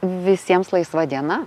visiems laisva diena